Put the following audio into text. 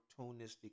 opportunistic